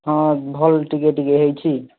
ହଁ ଭଲ ଟିକେ ଟିକେ ହେଇଛି